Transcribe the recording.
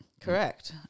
Correct